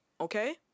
okay